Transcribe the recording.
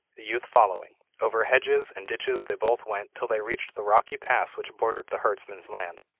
the youth following over hedges and ditches they both went, till they reached the rocky pass which bordered the herdsman's land.